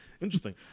Interesting